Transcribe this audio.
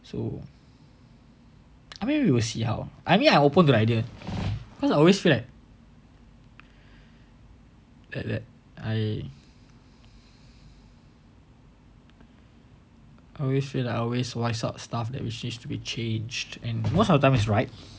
so I mean we will see how I mean I open the idea because I always feel like that that I I always feel like I always voice out stuff that needs to be changed and most of the time is right